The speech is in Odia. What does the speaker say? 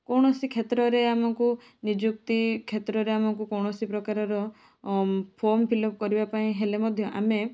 କୌଣସି କ୍ଷେତ୍ରରେ ଆମକୁ ନିଯୁକ୍ତି କ୍ଷେତ୍ରରେ ଆମକୁ କୌଣସି ପ୍ରକାରର ଫର୍ମ ଫିଲ୍ ଅପ୍ କରିବା ପାଇଁ ହେଲେ ମଧ୍ୟ ଆମେ